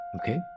Okay